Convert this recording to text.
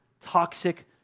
toxic